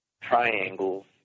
triangles